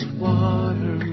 water